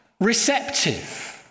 receptive